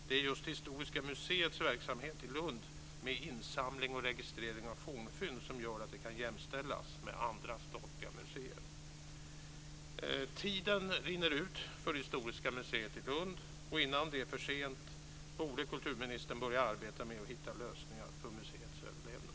Det är just Historiska museets verksamhet i Lund med insamling och registrering av fornfynd som gör att museet kan jämställas med andra statliga museer. Tiden rinner ut för Historiska museet i Lund. Innan det är för sent borde kulturministern börja arbeta med att hitta lösningar för museets överlevnad.